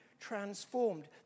transformed